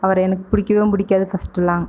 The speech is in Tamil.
அவரை எனக்கு பிடிக்கவும் பிடிக்காது ஃபஸ்ட்டெலாம்